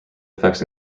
effects